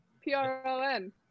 P-R-O-N